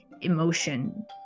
emotion